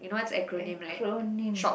acronym